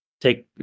take